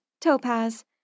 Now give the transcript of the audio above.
Topaz